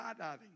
skydiving